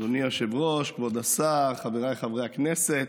אדוני היושב-ראש, כבוד השר, חבריי חברי הכנסת,